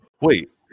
Wait